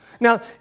Now